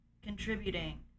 contributing